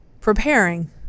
preparing